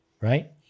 Right